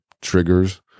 triggers